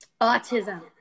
autism